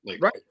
Right